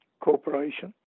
Corporation